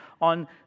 on